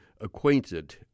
acquainted